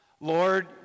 Lord